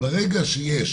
ברגע שיש